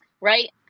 Right